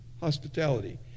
Hospitality